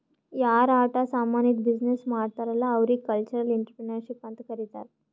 ಯಾರ್ ಆಟ ಸಾಮಾನಿದ್ದು ಬಿಸಿನ್ನೆಸ್ ಮಾಡ್ತಾರ್ ಅಲ್ಲಾ ಅವ್ರಿಗ ಕಲ್ಚರಲ್ ಇಂಟ್ರಪ್ರಿನರ್ಶಿಪ್ ಅಂತ್ ಕರಿತಾರ್